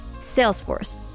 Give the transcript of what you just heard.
Salesforce